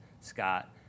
Scott